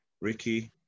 Ricky